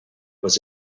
was